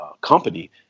company